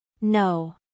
No